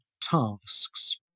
tasks